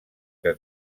que